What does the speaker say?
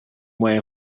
way